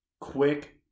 quick